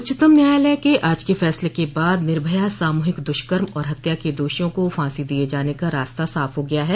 उच्चतम न्यायालय के आज के फैसले के बाद निर्भया सामूहिक दुष्कर्म और हत्या के दोषियों को फांसी दिये जाने का रास्ता साफ हो गया है